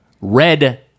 Red